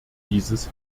dieses